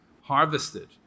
harvested